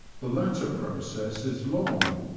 the latter process is long,